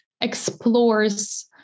explores